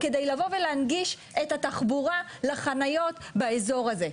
כדי לבוא ולהנגיש את התחבורה לחניות באזור הזה.